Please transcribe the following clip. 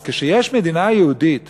אז כשיש מדינה יהודית